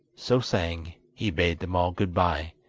so saying, he bade them all goodbye,